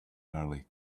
early